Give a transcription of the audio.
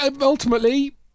ultimately